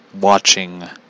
watching